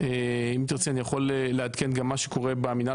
אם תרצי אני יכול לעדכן גם מה שקורה במנהל